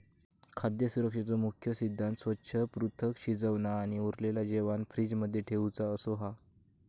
खाद्य सुरक्षेचो मुख्य सिद्धांत स्वच्छ, पृथक, शिजवना आणि उरलेला जेवाण फ्रिज मध्ये ठेउचा असो हा